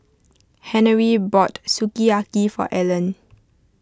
Henery bought Sukiyaki for Ellen